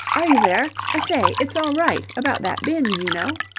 are you there? i say, it's all right, about that binge, you know.